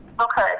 Okay